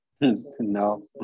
No